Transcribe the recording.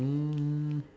um